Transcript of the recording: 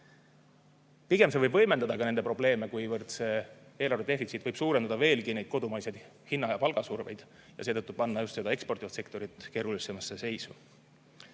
Pigem see võib võimendada nende probleeme, kuivõrd see defitsiit võib suurendada veelgi kodumaist hinna- ja palgasurvet ja seetõttu panna eksportiva sektori just keerulisemasse seisu.